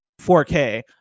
4K